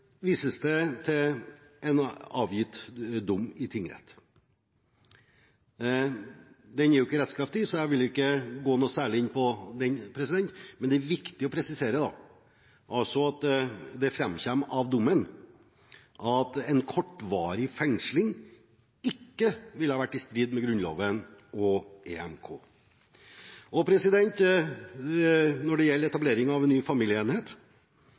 til en avgitt dom i tingretten. Den er ikke rettskraftig, så jeg vil ikke gå noe særlig inn på den, men det er viktig å presisere at det framkommer av dommen at en kortvarig fengsling ikke ville vært i strid med Grunnloven og EMK. Når det gjelder etablering av en ny familieenhet